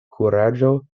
kuraĝo